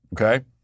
Okay